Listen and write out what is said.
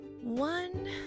One